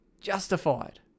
justified